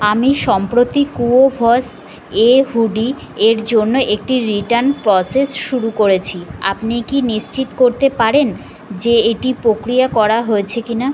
আমি সম্প্রতি কুওভস এ হুডি এর জন্য একটি রিটার্ণ প্রসেস শুরু করেছি আপনি কি নিশ্চিত করতে পারেন যে এটি প্রক্রিয়া করা হয়েছে কিনা